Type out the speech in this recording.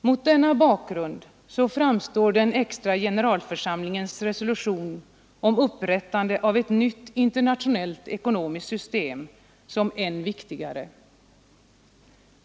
Mot denna bakgrund framstår den extra generalförsamlingens resolution om upprättande av ett nytt internationellt ekonomiskt system som än viktigare.